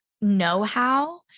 know-how